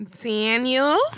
Daniel